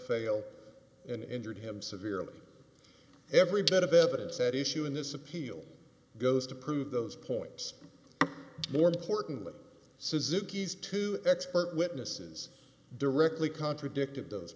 fail and injured him severely every bit of evidence at issue in this appeal goes to prove those points more importantly suzuki's to expert witnesses directly contradicted those